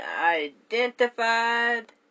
identified